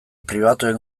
pribatuen